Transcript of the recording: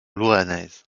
louhannaise